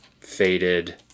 faded